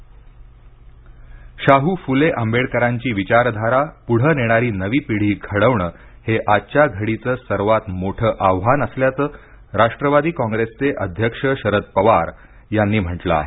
शरद पवार शाहू फुले आंबेडकरांची विचारधारा पुढं नेणारी नवी पिढी घडवणं हे आजच्या घडीचं सर्वात मोठं आव्हान असल्याचं राष्ट्वादी काँग्रेसचे अध्यक्ष शरद पवार यांनी म्हटलं आहे